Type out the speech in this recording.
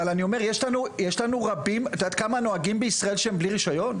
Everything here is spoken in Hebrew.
את יודעת כמה נוהגים בישראל כשהם בלי רישיון?